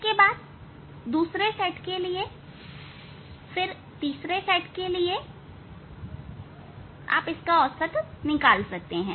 तब दूसरे सेट के लिए फिर तीसरे सेट के लिए और आप इसका औसत निकाल सकते हैं